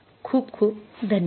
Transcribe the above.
खूप खूप धन्यवाद